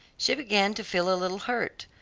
she began to feel a little hurt,